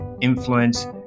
influence